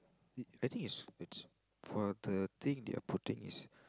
I think it's it's for the thing they are putting is